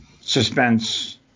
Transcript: suspense